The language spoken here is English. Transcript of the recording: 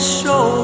show